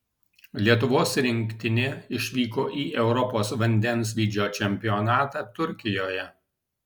lietuvos rinktinė išvyko į europos vandensvydžio čempionatą turkijoje